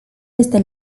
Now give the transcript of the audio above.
este